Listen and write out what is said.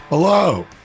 Hello